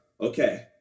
Okay